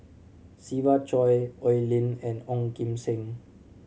Siva Choy Oi Lin and Ong Kim Seng